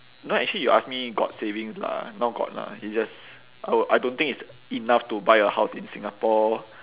you know actually you ask me got savings lah now got lah it's just uh I don't think it's enough to buy a house in singapore